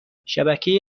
شبکه